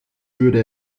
würde